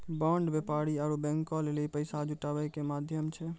bond व्यापारी आरु बैंको लेली पैसा जुटाबै के माध्यम छै